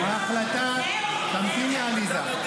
המתיני, עליזה.